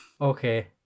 Okay